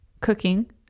cooking